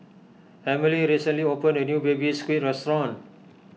Emelie recently opened a new Baby Squid restaurant